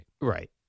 Right